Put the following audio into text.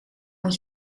moet